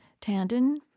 Tandon